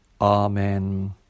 Amen